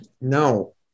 No